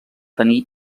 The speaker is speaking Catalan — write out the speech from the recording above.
tenir